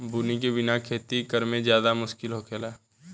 बुनी के बिना खेती करेमे ज्यादे मुस्किल होखेला